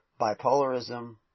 bipolarism